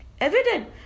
evident